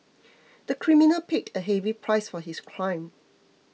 the criminal paid a heavy price for his crime